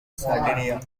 sardinia